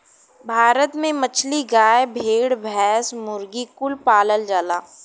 भारत में मछली, गाय, भेड़, भैंस, मुर्गी कुल पालल जाला